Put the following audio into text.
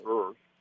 Earth